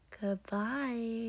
Goodbye